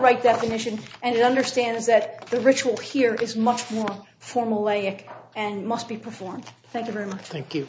right definition and understands that the ritual here is much more formal language and must be performed thank you very much thank you